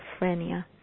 schizophrenia